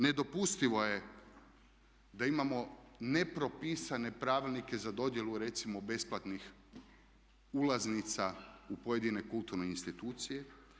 Nedopustivo je da imamo nepropisane pravilnike za dodjelu recimo besplatnih ulaznica u pojedine kulturne institucije.